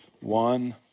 one